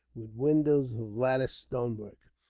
with windows of lattice stonework,